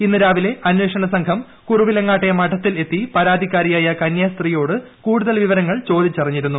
ഇന്ന് രാവിലെ അന്വേഷണ സംഘം കുറവിലങ്ങാട്ടെ മഠത്തിൽ എത്തി പരാതിക്കാരിയായ കന്യാസ്ത്രീയോട് കൂടുതൽ വിവരങ്ങൾ ചോദിച്ചറിഞ്ഞിരുന്നു